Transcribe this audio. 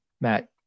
Matt